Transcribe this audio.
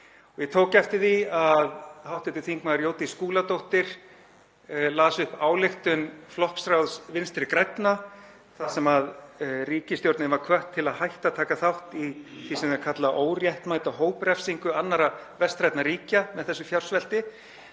Ég tók eftir því að hv. þm. Jódís Skúladóttir las upp ályktun flokksráðs Vinstri grænna þar sem ríkisstjórnin var hvött til að hætta að taka þátt í því sem það kallar óréttmæta hóprefsingu annarra vestrænna ríkja með þessu fjársvelti.